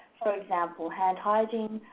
for example, hand hygiene,